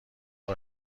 اقا